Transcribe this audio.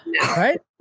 right